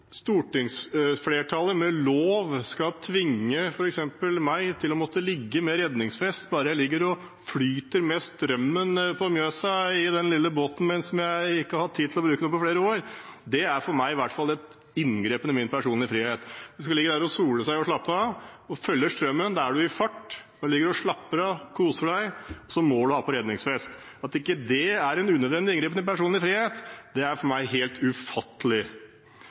stortingsflertallet med lov skal tvinge f.eks. meg til å måtte ha på redningsvest bare jeg ligger og flyter med strømmen på Mjøsa i den lille båten min, som jeg ikke har hatt tid til å bruke på flere år, er i hvert fall for meg en inngripen i min personlige frihet. Når man skal ligge og sole seg og slappe av og følger strømmen, da er man i fart. Du ligger og slapper av og koser deg, og så må du ha på redningsvest. At ikke det er en unødvendig inngripen i personlig frihet, er for meg helt ufattelig.